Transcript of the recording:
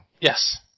Yes